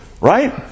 Right